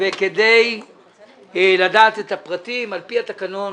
וכדי לדעת את הפרטים על פי התקנון,